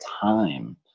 time